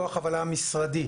לכוח הפעלה משרדי,